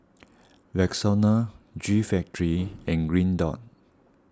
Rexona G Factory and Green Dot